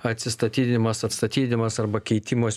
atsistatydinimas atstatydinimas arba keitimas